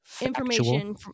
information